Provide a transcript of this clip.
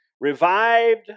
revived